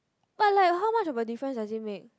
but like how much of a difference does it make